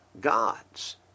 God's